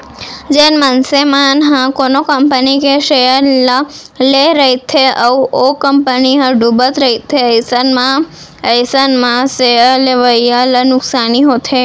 जेन मनसे मन ह कोनो कंपनी के सेयर ल लेए रहिथे अउ ओ कंपनी ह डुबत रहिथे अइसन म अइसन म सेयर लेवइया ल नुकसानी होथे